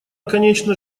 конечно